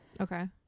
Okay